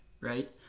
Right